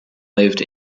lived